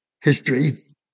History